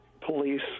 police